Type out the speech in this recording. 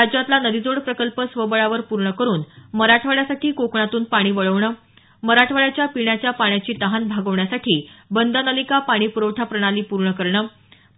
राज्यातला नदीजोड प्रकल्प स्वबळावर पूर्ण करुन मराठवाड्यासाठी कोकणातून पाणी वळवणं मराठवाड्याच्या पिण्याच्या पाण्याची तहान भागवण्यासाठी बंद नलिका पाणी प्रवठा प्रणाली पूर्ण करणं